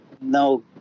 no